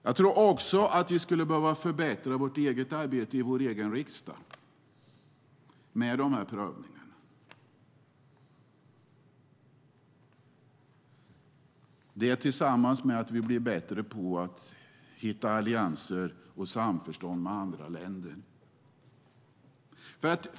Jag tror också att vi i riksdagen skulle behöva förbättra vårt eget arbete med dessa prövningar, tillsammans med att vi blir bättre på att hitta allianser och samförstånd med andra länder.